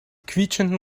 quietschenden